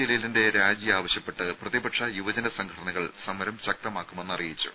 ജലീലിന്റെ രാജി ആവശ്യപ്പെട്ട് പ്രതിപക്ഷ യുവജന സംഘടനകൾ സമരം ശക്തമാക്കുമെന്ന് അറിയിച്ചു